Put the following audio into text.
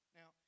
now